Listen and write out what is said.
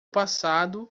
passado